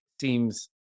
seems